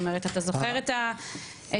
אתה זוכר את המקרה?